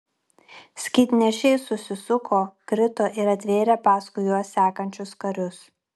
skydnešiai susisuko krito ir atvėrė paskui juos sekančius karius